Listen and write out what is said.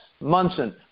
Munson